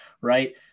right